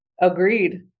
Agreed